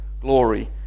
glory